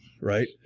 right